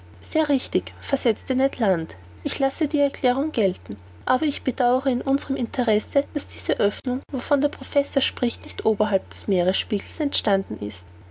sehr richtig versetzte ned land ich lasse die erklärung gelten aber ich bedauere in unserem interesse daß diese oeffnung wovon der herr professor spricht nicht oberhalb des meeresspiegels entstanden ist